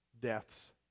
death's